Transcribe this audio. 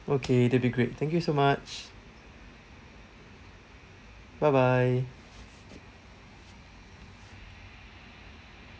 okay that'll be great thank you so much bye bye